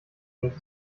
hängt